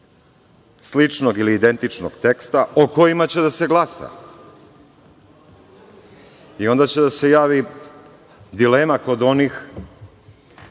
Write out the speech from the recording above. sličnog ili identičnog teksta o kojima će da se glasa i onda će da se javi dilema kod onih